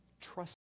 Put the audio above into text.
trust